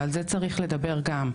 ועל זה צריך לדבר גם.